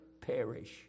perish